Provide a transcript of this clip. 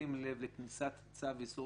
בשים לב לכניסת צו איסור